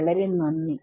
വളരെ നന്ദി